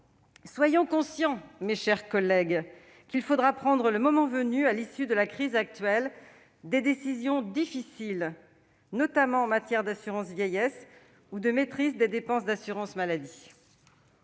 Soyons conscients, mes chers collègues, qu'il faudra prendre, le moment venu, à l'issue de la crise actuelle, des décisions difficiles, notamment en matière d'assurance vieillesse ou de maîtrise des dépenses d'assurance maladie.